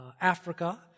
Africa